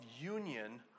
union